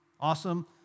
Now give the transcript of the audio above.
Awesome